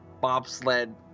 bobsled